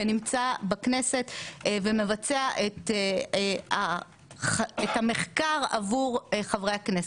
שנמצא בכנסת ומבצע את המחקר עבור חברי הכנסת.